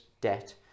debt